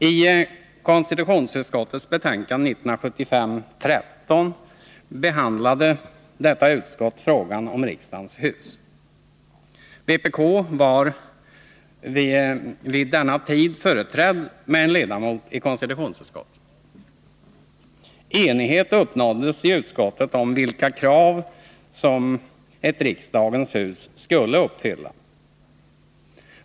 I sitt betänkande 1975:13 behandlade konstitutionsutskottet frågan om riksdagens hus. Vpk var vid denna tid företrätt med en ledamot i KU. Enighet uppnåddes i utskottet om vilka krav som ett riksdagens hus skulle uppfylla.